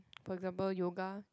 for example yoga